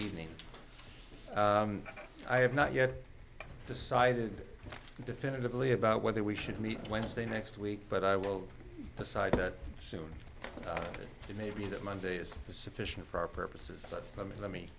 monday i have not yet decided definitively about whether we should meet wednesday next week but i will decide that soon maybe that monday is sufficient for our purposes but let me let me